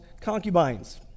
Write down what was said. concubines